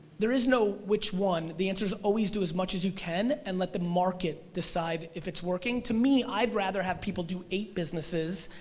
there is no which one. the answer is always do as much as you can, and let the market decide if it's working. to me, i'd rather have people do eight businesses,